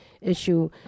issue